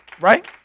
Right